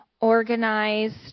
organized